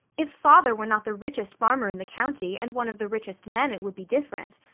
if father were not the richest farmer in the county, and one of the richest men, it would be different.